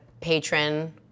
patron